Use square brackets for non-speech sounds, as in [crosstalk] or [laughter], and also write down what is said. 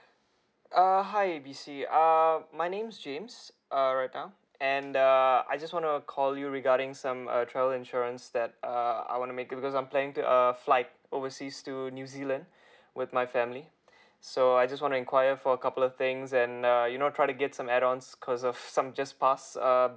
err hi A B C err my name's james err write down and uh I just wanna call you regarding some err travel insurance that uh I wanna make because I'm planning to err flight overseas to new zealand [breath] with my family [breath] so I just want to inquire for a couple of things and uh you know try to get some add ons cause of some just past err